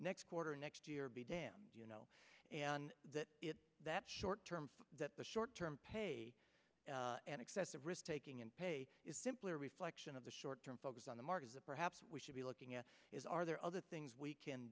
next quarter next year be damned you know and that is that short term that the short term pay and excessive risk taking and pay is simply a reflection of the short term focus on the markets that perhaps we should be looking at is are there other things we can